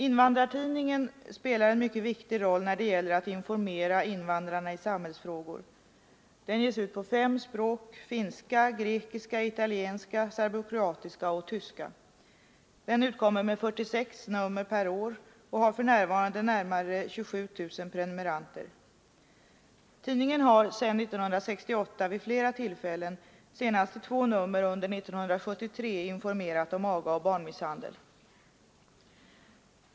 Invandrartidningen spelar en mycket stor roll när det gäller att informera invandrarna i samhällsfrågor. Den ges ut på fem språk: finska, grekiska, italienska, serbokroatiska och tyska. Den utkommer med 46 nummer per år och har för närvarande närmare 27 000 prenumeranter. Tidningen har sedan år 1968 vid flera tillfällen, senast i två nummer under år 1973, informerat om aga och barnmisshandel.